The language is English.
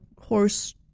horse